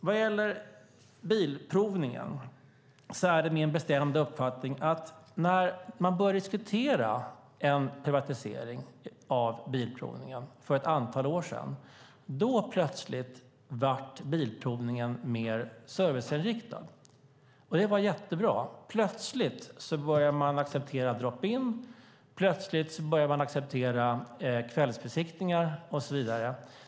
Vad gäller Bilprovningen är det min bestämda uppfattning att Bilprovningen när vi började diskutera en privatisering av den för ett antal år sedan plötsligt blev mer serviceinriktad. Det var jättebra. Plötsligt började man acceptera drop in, och plötsligt började man acceptera kvällsbesiktningar och så vidare.